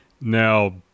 now